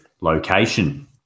location